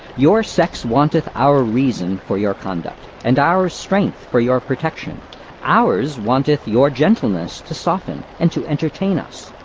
your sex wanteth our reason for your conduct, and our strength for your protection ours wanteth your genderness to soften, and to entertain us.